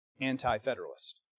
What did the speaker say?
anti-federalist